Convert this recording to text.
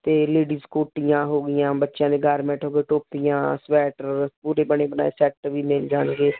ਅਤੇ ਲੇਡੀਸ ਕੋਟੀਆਂ ਹੋ ਗਈਆਂ ਬੱਚਿਆਂ ਦੇ ਗਾਰਮੈਂਟ ਹੋ ਗਏ ਟੋਪੀਆਂ ਸਵੈਟਰ ਪੂਰੇ ਬਣੇ ਬਣਾਏ ਸੈੱਟ ਵੀ ਮਿਲ ਜਾਣਗੇ